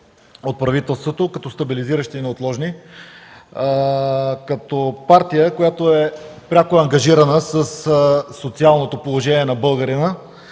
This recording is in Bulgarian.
от правителството като стабилизиращи и неотложни. Като партия, която е пряко ангажирана със социалното положение на българина,